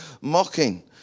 mocking